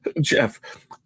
Jeff